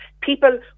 people